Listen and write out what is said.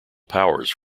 powers